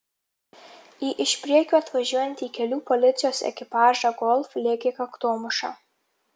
į iš priekio atvažiuojantį kelių policijos ekipažą golf lėkė kaktomuša